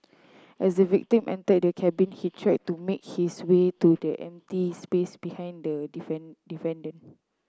as the victim entered the cabin he tried to make his way to the empty space behind the defendant